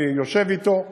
אני יושב אתו,